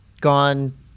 gone